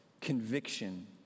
conviction